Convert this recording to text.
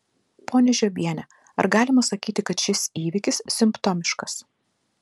ponia žiobiene ar galima sakyti kad šis įvykis simptomiškas